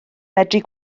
medru